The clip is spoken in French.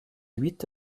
huit